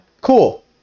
Cool